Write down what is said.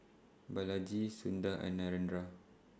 Balaji Sundar and Narendra